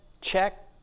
check